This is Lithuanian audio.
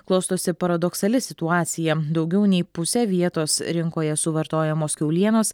klostosi paradoksali situacija daugiau nei pusę vietos rinkoje suvartojamos kiaulienos